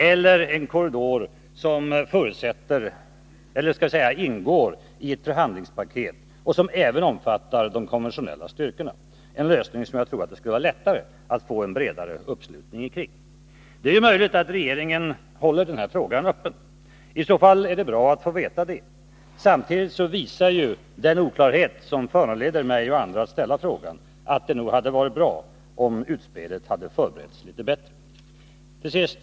Eller har man tänkt sig en korridor som ingår i ett förhandlingspaket och som även omfattar de konventionella styrkorna, en lösning som jag tror att det skulle vara lättare att få en bredare uppslutning kring? Det är möjligt att regeringen håller den här frågan öppen. Det är i så fall bra att få veta det. Samtidigt visar den oklarhet som föranleder mig och andra att ställa frågan att det nog hade varit bra om utspelet hade förberetts litet bättre. Fru talman!